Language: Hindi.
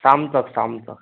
शाम तक शाम तक